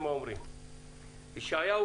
ישעיהו